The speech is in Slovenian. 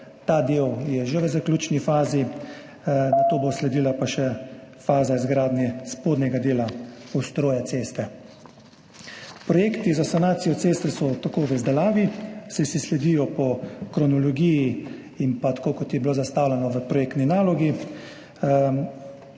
Ta del je že v zaključni fazi, nato bo sledila še faza izgradnje spodnjega dela ustroja ceste. Projekti za sanacijo ceste so tako v izdelavi, saj si sledijo po kronologiji in pa tako, kot je bilo zastavljeno v projektni nalogi.